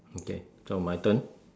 okay so my turn